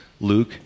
Luke